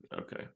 okay